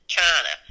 China